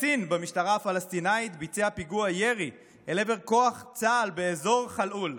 קצין במשטרה הפלסטינית ביצע פיגוע ירי אל עבר כוח צה"ל באזור חלחול,